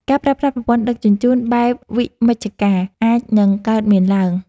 ការប្រើប្រាស់ប្រព័ន្ធដឹកជញ្ជូនបែបវិមជ្ឈការ អាចនឹងកើតមានឡើង។